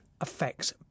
affects